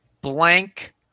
blank